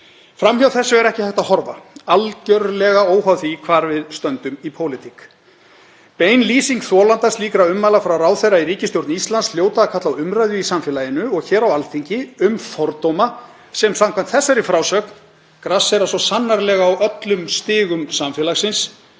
Fram hjá þessu er ekki hægt að horfa, algjörlega óháð því hvar við stöndum í pólitík. Bein lýsing þolanda slíkra ummæla frá ráðherra í ríkisstjórn Íslands hljóta að kalla á umræðu í samfélaginu og hér á Alþingi um fordóma, sem samkvæmt þessari frásögn grassera svo sannarlega á öllum stigum samfélagsins,